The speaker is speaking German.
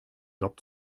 job